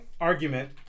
argument